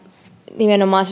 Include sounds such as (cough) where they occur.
nimenomaan (unintelligible)